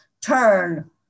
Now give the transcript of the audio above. turn